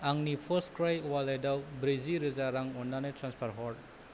आंनि फार्स्टक्राइ अवालेटाव ब्रैजि रोजा रां अन्नानै ट्रेन्सफार हर